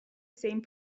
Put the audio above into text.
same